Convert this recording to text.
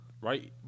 right